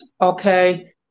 okay